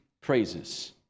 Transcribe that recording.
praises